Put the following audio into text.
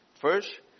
First